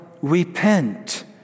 repent